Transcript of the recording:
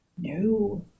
No